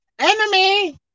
enemy